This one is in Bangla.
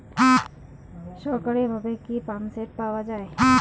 সরকারিভাবে কি পাম্পসেট পাওয়া যায়?